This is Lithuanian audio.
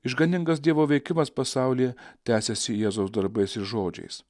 išganingas dievo veikimas pasaulyje tęsiasi jėzaus darbais ir žodžiais